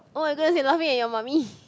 oh I don't as in laughing at your mummy